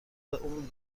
اون